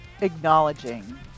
acknowledging